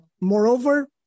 Moreover